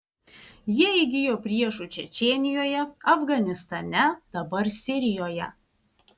jie įgijo priešų čečėnijoje afganistane dabar sirijoje